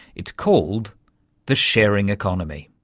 it's called the sharing economy.